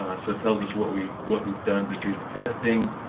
ah so it tells us what we've what we've done to do the testing.